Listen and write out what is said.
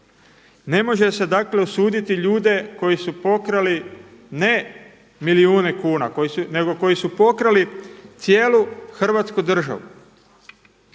Ne može se dakle osuditi ljude koji su pokrali ne milijune kuna nego koji su pokrali cijelu Hrvatsku državu.